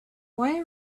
why